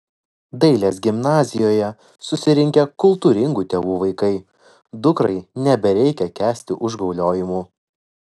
dailės gimnazijoje susirinkę kultūringų tėvų vaikai dukrai nebereikia kęsti užgauliojimų